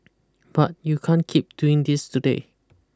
but you can't keep doing this today